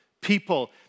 people